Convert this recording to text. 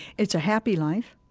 it's a happy life,